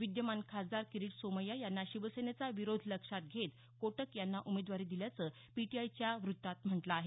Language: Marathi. विद्यमान खासदार किरीट सोमैय्या यांना शिवसेनेचा विरोध लक्षात घेत कोटक यांना उमेदवारी दिल्याचं पीटीआयच्या याबाबतच्या वृत्तात म्हटलं आहे